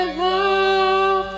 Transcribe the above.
love